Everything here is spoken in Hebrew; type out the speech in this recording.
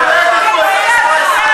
את מפלגת את החברה הישראלית.